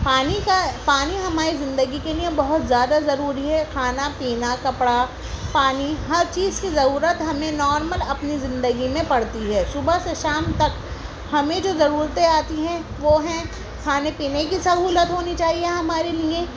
پانی کا پانی ہماری زندگی کے لئے بہت زیادہ ضروری ہے کھانا پینا کپڑا پانی ہر چیز کی ضرورت ہم نے نارمل اپنی زندگی میں پڑتی ہے صبح سے شام تک ہمیں جو ضرورتیں آتی ہیں وہ ہیں کھانے پینے کی سہولت ہونی چاہیے ہمارے لئے